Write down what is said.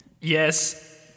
Yes